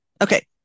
okay